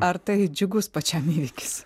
ar tai džiugus pačiam įvykis